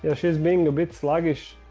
ah she's being a bit sluggish.